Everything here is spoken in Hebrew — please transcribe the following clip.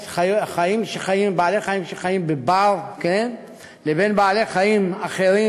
בעלי-חיים שחיים בבר לבין בעלי-חיים אחרים,